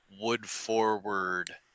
wood-forward